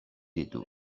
ditu